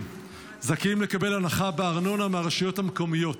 זכאים לקבל הנחה בארנונה מהרשויות המקומיות.